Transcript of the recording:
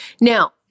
Now